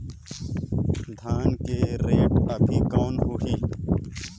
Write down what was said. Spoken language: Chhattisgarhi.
धान के रेट अभी कौन होही?